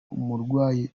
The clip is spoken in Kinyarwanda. umurwayi